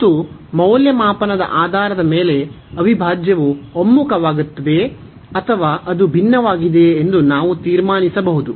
ಮತ್ತು ಮೌಲ್ಯಮಾಪನದ ಆಧಾರದ ಮೇಲೆ ಅವಿಭಾಜ್ಯವು ಒಮ್ಮುಖವಾಗುತ್ತದೆಯೇ ಅಥವಾ ಅದು ಭಿನ್ನವಾಗಿದೆಯೆ ಎಂದು ನಾವು ತೀರ್ಮಾನಿಸಬಹುದು